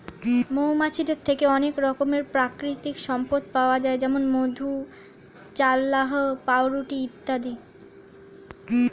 মৌমাছিদের থেকে অনেক রকমের প্রাকৃতিক সম্পদ পাওয়া যায় যেমন মধু, চাল্লাহ্ পাউরুটি ইত্যাদি